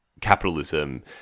capitalism